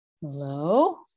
Hello